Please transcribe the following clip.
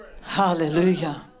Hallelujah